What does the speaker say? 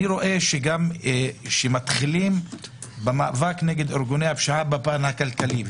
אני רואה שמתחילים במאבקים נגד ארגוני הפשיעה בפן הכלכלי,